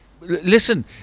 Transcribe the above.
Listen